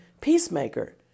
peacemaker